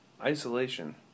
isolation